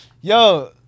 yo